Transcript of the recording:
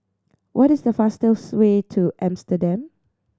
what is the fastest way to Amsterdam